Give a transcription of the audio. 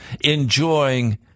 enjoying